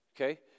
Okay